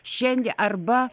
šiandie arba